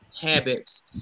habits